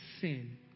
sin